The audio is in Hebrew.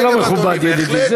זה לא מכובד, ידידי.